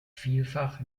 vielfach